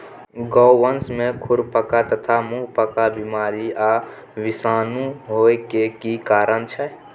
गोवंश में खुरपका तथा मुंहपका बीमारी आ विषाणु होय के की कारण छै?